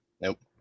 Nope